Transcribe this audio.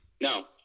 No